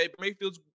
Mayfield's